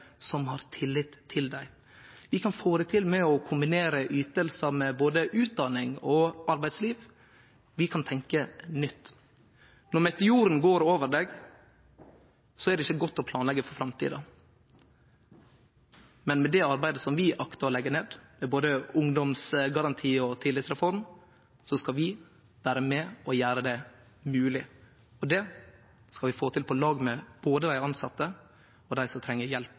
har tillit til dei. Vi kan få det til med å kombinere ytingar med både utdanning og arbeidsliv. Vi kan tenkje nytt. Når meteoren går over ein, er det ikkje godt å planleggje for framtida, men med det arbeidet vi aktar å leggje ned, med både ungdomsgaranti og tillitsreform, skal vi vere med og gjere det mogleg. Det skal vi få til på lag med både dei tilsette og dei som treng hjelp